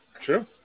True